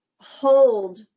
hold